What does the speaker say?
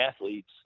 athletes